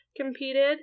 competed